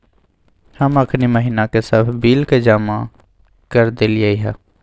हम अखनी महिना के सभ बिल के जमा कऽ देलियइ ह